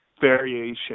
variation